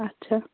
اَچھا